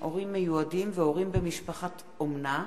הורים מיועדים והורים במשפחת אומנה),